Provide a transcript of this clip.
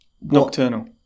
nocturnal